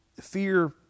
Fear